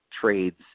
trades